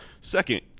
Second